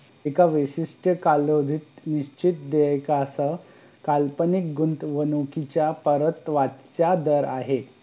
एका विशिष्ट कालावधीत निश्चित देयकासह काल्पनिक गुंतवणूकीच्या परताव्याचा दर आहे